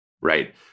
right